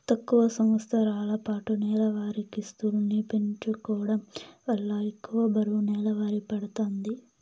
తక్కువ సంవస్తరాలపాటు నెలవారీ కిస్తుల్ని పెట్టుకోవడం వల్ల ఎక్కువ బరువు నెలవారీ పడతాంది